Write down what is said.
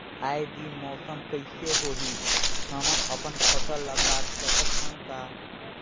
आय दिन मौसम कइसे होही, हमन अपन फसल ल काट सकत हन का?